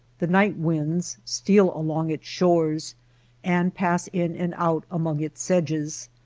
the night-winds steal along its shores and pass in and out among its sedges,